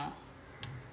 ah